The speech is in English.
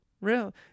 Real